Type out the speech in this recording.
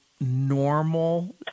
normal